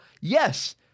yes